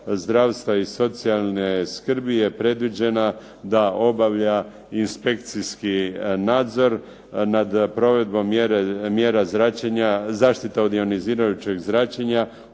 zdravstva i socijalne skrbi je predviđena da obavlja inspekcijski nadzor nad provedbom mjera zračenja, zaštita od ionizirajućeg zračenja